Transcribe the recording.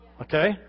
Okay